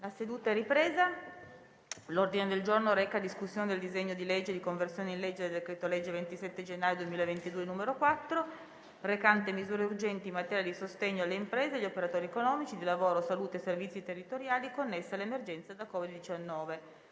in sede referente ed approvato il disegno di legge di conversione in legge del decreto-legge 27 gennaio 2022 n. 4, recante misure urgenti in materia di sostegno alle imprese e agli operatori economici, di lavoro, di salute e servizi territoriali, connesse all'emergenza da Covid-19,